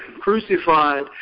crucified